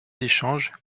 d’échanges